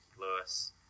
Lewis